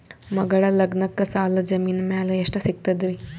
ಮಗಳ ಲಗ್ನಕ್ಕ ಸಾಲ ಜಮೀನ ಮ್ಯಾಲ ಎಷ್ಟ ಸಿಗ್ತದ್ರಿ?